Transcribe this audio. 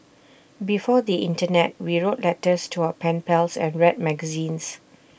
before the Internet we wrote letters to our pen pals and read magazines